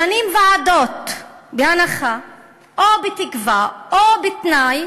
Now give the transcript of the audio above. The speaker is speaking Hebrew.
ממנים ועדה בהנחה או בתקווה או בתנאי